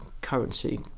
currency